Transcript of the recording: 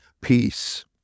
peace